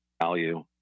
value